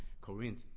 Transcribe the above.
Corinth